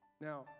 Now